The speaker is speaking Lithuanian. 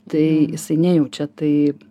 tai jisai nejaučia tai